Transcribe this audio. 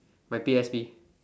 my P S B